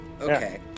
Okay